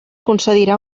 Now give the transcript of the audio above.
concedirà